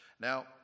Now